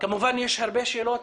כמובן יש הרבה שאלות,